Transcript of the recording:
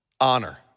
Honor